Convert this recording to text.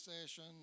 session